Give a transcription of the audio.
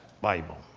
Bible